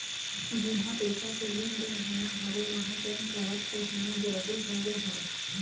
जिहाँ पइसा के लेन देन होना हवय उहाँ पेन कारड के होना जरुरी होगे हवय